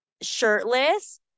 shirtless